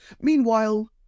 Meanwhile